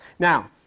Now